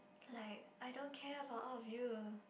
like I don't care about all of you